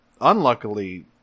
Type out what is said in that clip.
Unluckily